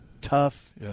tough